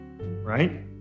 right